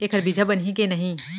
एखर बीजहा बनही के नहीं?